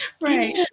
Right